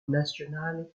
nacional